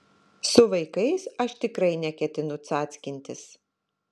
su vaikais aš tikrai neketinu cackintis